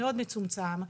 מאוד מצומצם.